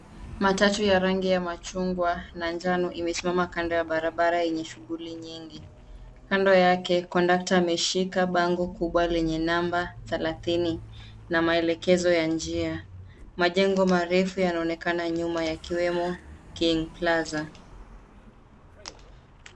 Matatu ya rangi ya machungwa na njano imesimama kando ya barabara yenye shughuli nyingi. Kando yake, kondakta ameshika bango kubwa lenye namba thelathini na maelekezo ya njia. Majengo marefu yanaonekana nyuma yakiwemo King Plaza.